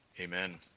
Amen